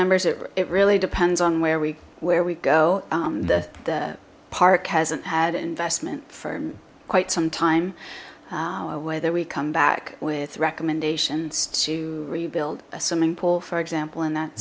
members it really depends on where we where we go the the park hasn't had investment for quite some time whether we come back with recommendations to rebuild a swimming pool for example in that